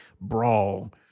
brawl